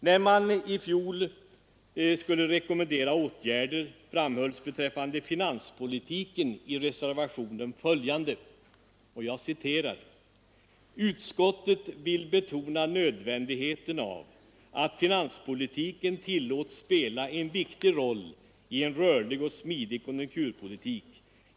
När oppositionen i fjol vår skulle rekommendera åtgärder framhölls beträffande finanspolitiken följande i reservationen: ”Utskottet vill betona nödvändigheten av att finanspolitiken tillåts spela en viktig roll i en rörlig och smidig konjunkturpolitik.